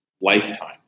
lifetime